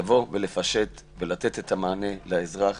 לבוא ולפשט ולתת את המענה לאזרח